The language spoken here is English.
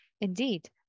Indeed